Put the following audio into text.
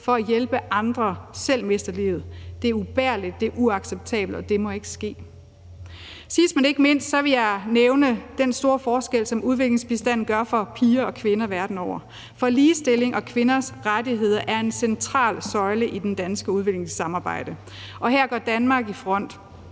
for at hjælpe andre, selv mister livet. Det er ubærligt, det er uacceptabelt, og det må ikke ske. Sidst, men ikke mindst, vil jeg nævne den store forskel, som udviklingsbistanden gør for piger og kvinder verden over, for ligestilling og kvinders rettigheder er en central søjle i det danske udviklingssamarbejde. Her går Danmark i front